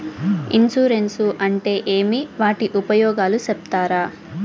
Insurance అంటే ఏమి? వాటి ఉపయోగాలు సెప్తారా?